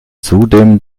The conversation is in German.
zudem